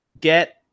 get